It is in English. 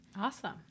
awesome